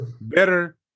better